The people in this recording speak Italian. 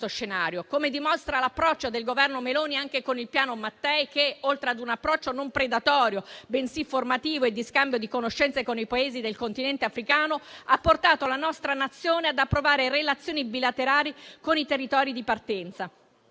come dimostra l'approccio del Governo Meloni anche con il piano Mattei, che, oltre ad un approccio non predatorio, bensì formativo e di scambio di conoscenze con i Paesi del continente africano, ha portato il nostro Paese ad approvare relazioni bilaterali con i territori di partenza,